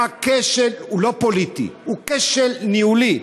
הכשל הוא לא פוליטי, הוא כשל ניהולי.